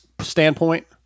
standpoint